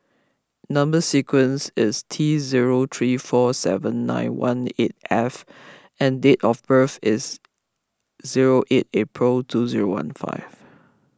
Number Sequence is T zero three four seven nine one eight F and date of birth is zero eight April two zero one five